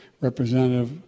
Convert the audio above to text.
Representative